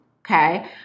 okay